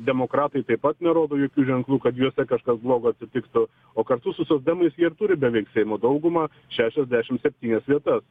demokratai taip pat nerodo jokių ženklų kad juose kažkas blogo atsitiktų o kartu su socdemais jie ir turi beveik seimo daugumą šešiasdešim septynias vietas